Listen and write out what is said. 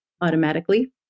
automatically